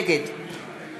נגד